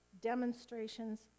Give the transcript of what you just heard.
demonstrations